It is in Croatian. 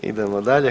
Idemo dalje.